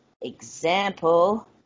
example